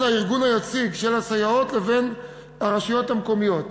הארגון היציג של הסייעות לבין הרשויות המקומיות.